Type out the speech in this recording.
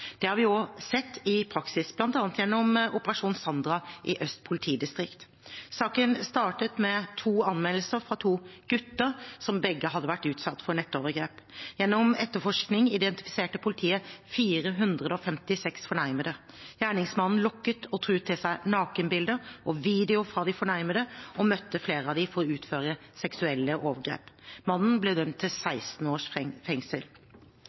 det skjer. Det har vi også sett i praksis, bl.a. gjennom Operasjon Sandra i Øst politidistrikt. Saken startet med to anmeldelser fra to gutter som begge hadde vært utsatt for nettovergrep. Gjennom etterforskning identifiserte politiet 456 fornærmede. Gjerningsmannen lokket og truet til seg nakenbilder og videoer fra de fornærmede og møtte flere av dem for å utføre seksuelle overgrep. Mannen ble dømt til 16 års fengsel.